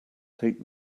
take